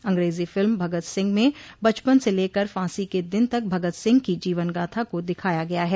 अंग्रेजी फिल्म भगत सिंह में बचपन से लेकर फांसी के दिन तक भगत सिंह की जीवनगाथा को दिखाया गया है